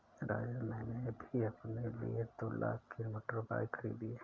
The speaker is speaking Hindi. राजेश मैंने भी अपने लिए दो लाख की मोटर बाइक खरीदी है